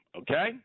Okay